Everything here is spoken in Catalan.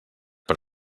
per